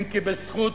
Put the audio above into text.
כי אם בזכות